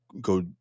go